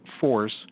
force